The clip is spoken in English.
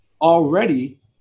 Already